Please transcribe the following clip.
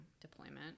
deployment